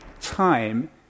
time